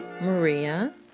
Maria